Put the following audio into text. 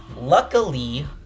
Luckily